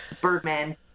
Birdman